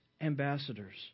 ambassadors